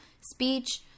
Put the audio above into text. speech